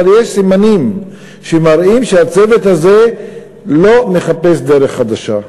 שיש סימנים שמראים שהצוות הזה לא מחפש דרך חדשה,